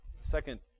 second